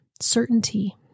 certainty